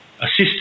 assist